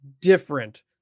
different